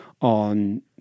on